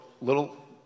little